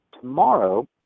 Tomorrow